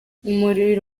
umubiri